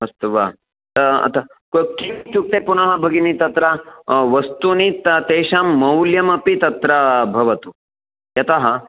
अस्तु वा अ किम् इत्युक्ते पुनः भगिनी तत्र वस्तूनि तेषां मौल्यमपि तत्र भवतु यतः